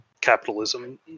capitalism